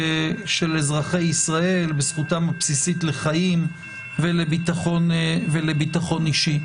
הבסיסית של אזרחי ישראל לחיים ולביטחון אישי.